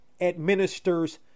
administers